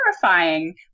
terrifying